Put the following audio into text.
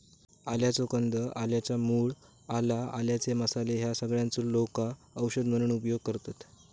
आल्याचो कंद, आल्याच्या मूळ, आला, आल्याचे मसाले ह्या सगळ्यांचो लोका औषध म्हणून उपयोग करतत